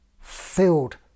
filled